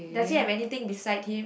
does he have anything beside him